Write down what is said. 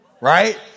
Right